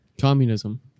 Communism